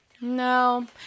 no